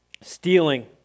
Stealing